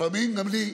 לפעמים גם לי,